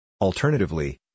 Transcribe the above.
Alternatively